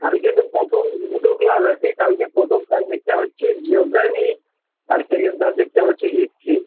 কালকে তো প্রথম দুটো ক্লাস আছে কালকে প্রথম সাবজেক্টটা হচ্ছে জিওগ্রাফি আর সেকেন্ড সাবজেক্টটা হচ্ছে হিস্ট্রি